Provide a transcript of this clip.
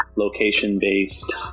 location-based